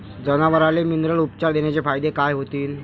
जनावराले मिनरल उपचार देण्याचे फायदे काय होतीन?